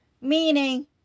Meaning